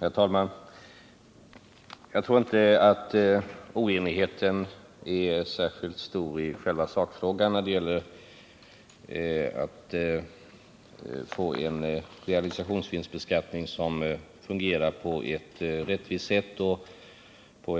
Herr talman! Jag tror inte att oenigheten är särskilt stor i själva sakfrågan när det gäller att få en realisationsvinstbeskattning som fungerar på